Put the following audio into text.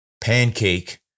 pancake